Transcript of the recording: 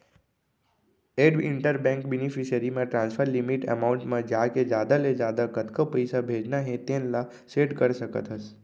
add inter bank beneficiary म transfer limit amount म जाके जादा ले जादा कतका पइसा भेजना हे तेन ल सेट कर सकत हस